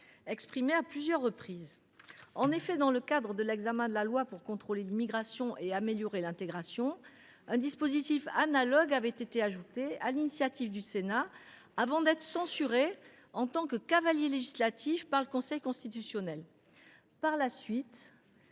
exprimée à plusieurs reprises. En effet, dans le cadre de l’examen de la loi pour contrôler l’immigration, améliorer l’intégration, un dispositif analogue avait été ajouté sur l’initiative du Sénat, avant d’être censuré par le Conseil constitutionnel, au motif